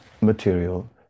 material